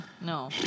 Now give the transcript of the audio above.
No